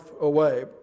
away